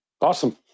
Awesome